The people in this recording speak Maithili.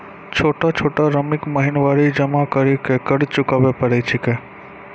छोटा छोटा रकम महीनवारी जमा करि के कर्जा चुकाबै परए छियै?